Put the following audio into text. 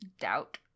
doubt